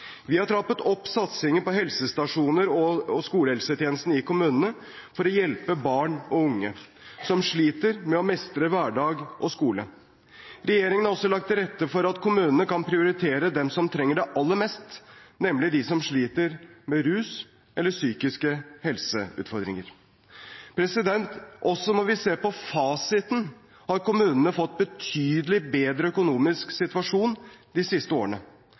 Vi har trappet opp satsingen på helsestasjoner og skolehelsetjenesten i kommunene for å hjelpe barn og unge som sliter med å mestre hverdag og skole. Regjeringen har også lagt til rette for at kommunene kan prioritere dem som trenger det aller mest, nemlig de som sliter med rus eller har psykiske helseutfordringer. Også når vi ser på fasiten, har kommunene fått en betydelig bedre økonomisk situasjon de siste årene,